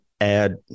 add